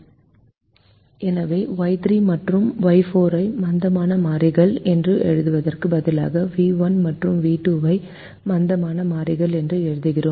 எனவே Y3 மற்றும் Y4 ஐ மந்தமான மாறிகள் என்று எழுதுவதற்கு பதிலாக v1 மற்றும் v2 ஐ மந்தமான மாறிகள் என்று எழுதுகிறோம்